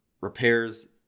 repairs